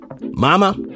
Mama